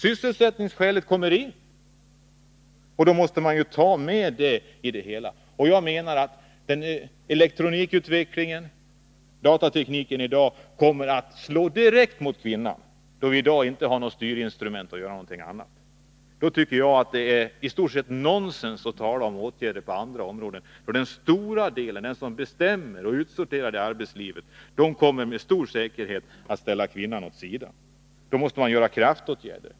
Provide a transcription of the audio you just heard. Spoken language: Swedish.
Sysselsättningsskälet måste tas med i det hela. Elektronikutvecklingen och datatekniken i dag kommer att slå direkt mot kvinnan, eftersom vi inte har något styrinstrument för att åstadkomma något annat. Då tycker jag det är i stort sett nonsens att tala om åtgärder på andra områden, för de som bestämmer i arbetslivet kommer med stor säkerhet att ställa kvinnan åt sidan. Därför måste man tillgripa kraftåtgärder.